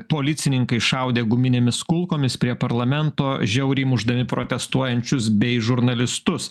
policininkai šaudė guminėmis kulkomis prie parlamento žiauriai mušdami protestuojančius bei žurnalistus